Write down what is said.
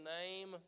name